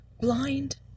Blind